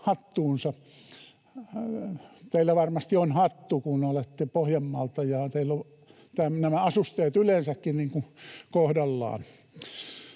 Teillä varmasti on hattu, kun olette Pohjanmaalta ja teillä on nämä asusteet yleensäkin kohdallaan.